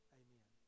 amen